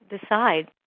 decide